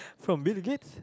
from Bill-Gates